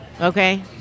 Okay